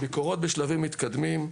הביקורות בשלבים מתקדמים.